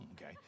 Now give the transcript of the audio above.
Okay